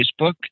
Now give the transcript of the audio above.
Facebook